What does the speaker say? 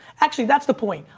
actually that's the point.